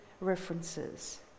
references